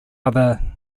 other